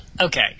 okay